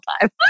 time